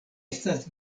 estas